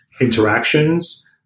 interactions